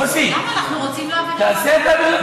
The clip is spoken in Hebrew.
מוסי, תעשה, תעביר לוועדה.